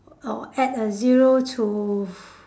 or add a zero to